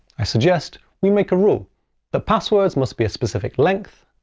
i suggest we make a rule that passwords must be a specific length,